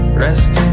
Rest